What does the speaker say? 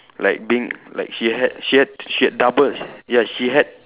like being like she had she had she had double ya she had